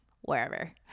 Wherever